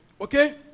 Okay